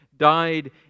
died